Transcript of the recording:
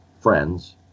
friends